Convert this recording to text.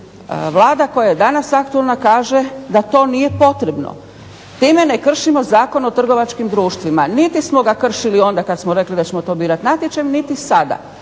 Vlada koja je danas aktualna kaže da to nije potrebno. Time ne kršimo Zakon o trgovačkim društvima, niti smo ga kršili onda kada smo rekli da ćemo to birati natječajem niti sada.